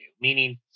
meaning